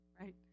right